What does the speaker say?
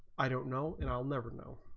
i don't know and i'll never know